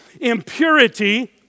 impurity